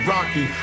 Rocky